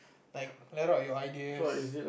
like let out your ideas